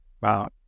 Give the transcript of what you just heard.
wow